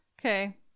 Okay